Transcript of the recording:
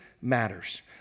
matters